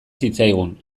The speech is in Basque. zitzaigun